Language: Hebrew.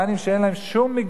ואין להם שום מיגון,